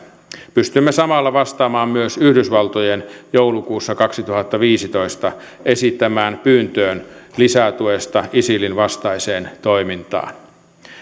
pystymme samalla vastaamaan myös yhdysvaltojen joulukuussa kaksituhattaviisitoista esittämään pyyntöön lisätuesta isilin vastaiseen toimintaan